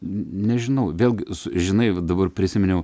nežinau vėlgi su žinai vat dabar prisiminiau